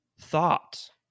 thought